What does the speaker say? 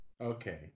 Okay